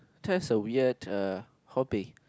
that's a weird uh hobby